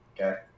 okay